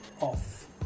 off